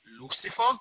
Lucifer